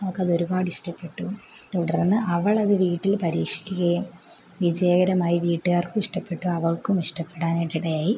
അവൾക്ക് അത് ഒരുപാട് ഇഷ്ടപ്പെട്ടു തുടർന്ന് അവളത് വീട്ടിൽ പരീക്ഷിക്കുകയും വിജയകരമായി വീട്ടുകാർക്കും ഇഷ്ടപ്പെട്ടു അവൾക്കും ഇഷ്ടപ്പെടാനായിട്ട് ഇടയായി